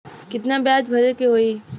कितना ब्याज भरे के होई?